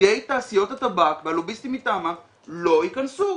נציגי תעשיות הטבק והלוביסטים מטעמם לא ייכנסו.